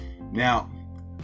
Now